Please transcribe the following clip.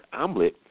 omelet